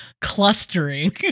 clustering